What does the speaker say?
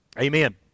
amen